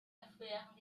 erschweren